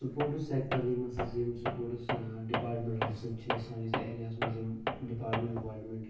sports sector یِم ہَسا یِم سپوٹٕس ڈِپاٹمٮ۪نٛٹَن سۭتۍ چھِ سٲنِس ایریاہَس منٛز یِم ڈِپاٹمٮ۪نٛٹ وِپاٹمٮ۪نٛٹ